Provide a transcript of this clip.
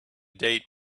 date